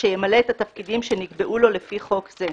שימלא את התפקידים שנקבעו לו לפי חוק זה.